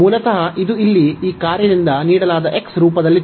ಮೂಲತಃ ಇದು ಇಲ್ಲಿ ಈ ಕಾರ್ಯದಿಂದ ನೀಡಲಾದ x ರೂಪದಲ್ಲಿತ್ತು